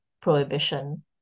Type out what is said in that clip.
prohibition